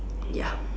ya